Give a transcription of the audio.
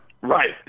Right